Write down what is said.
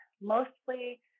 mostly